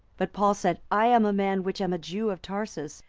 but paul said, i am a man which am a jew of tarsus,